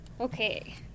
Okay